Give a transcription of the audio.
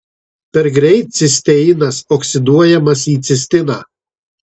per greit cisteinas oksiduojamas į cistiną